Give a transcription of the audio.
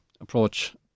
approach